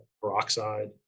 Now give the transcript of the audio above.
peroxide